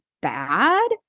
bad